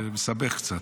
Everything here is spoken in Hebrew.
זה מסבך קצת.